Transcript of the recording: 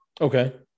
Okay